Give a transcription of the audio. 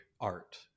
art